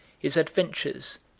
his adventures,